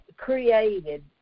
Created